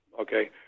okay